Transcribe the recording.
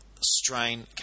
strain